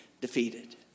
defeated